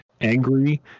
angry